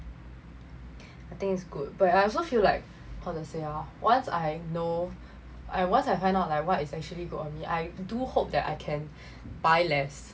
I think it's good but I also feel like how to say ah once I know once I find out like what is actually good on me I do hope that I can buy less